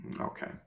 Okay